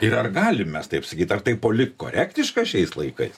ir ar galim mes taip sakyt ar tai politkorektiška šiais laikais